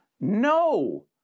No